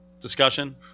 discussion